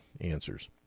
answers